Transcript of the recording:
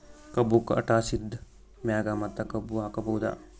ಕಬ್ಬು ಕಟಾಸಿದ್ ಮ್ಯಾಗ ಮತ್ತ ಕಬ್ಬು ಹಾಕಬಹುದಾ?